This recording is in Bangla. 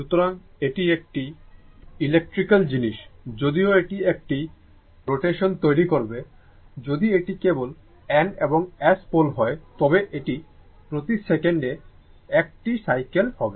সুতরাং এটি একটি ইলেকট্রিক্যাল জিনিস যদিও এটি একটি রোটেশন তৈরি করবে যদি এটি কেবল N এবং S পোল হয় তবে এটি প্রতি সেকেন্ড 1 টি সাইকেল হবে